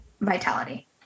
Vitality